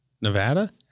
Nevada